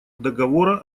договора